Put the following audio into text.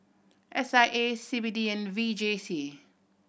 S I A C B D and V J C